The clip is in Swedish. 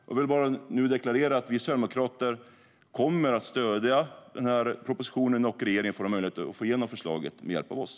Jag vill bara nu deklarera att vi sverigedemokrater kommer att stödja den här propositionen. Regeringen får en möjlighet att få igenom förslaget med hjälp av oss.